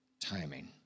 timing